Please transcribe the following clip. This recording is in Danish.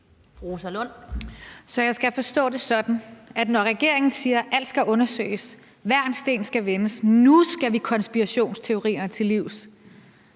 Så jeg skal forstå det sådan, at når regeringen siger, at alt skal undersøges, at hver en sten skal vende, at nu skal vi konspirationsteorierne til livs,